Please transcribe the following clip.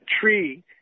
tree